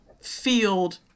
field